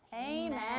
Amen